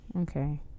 Okay